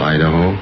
Idaho